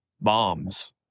Bombs